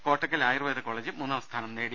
Kottakkal Ayurveda college മൂന്നാംസ്ഥാനം നേടി